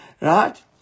Right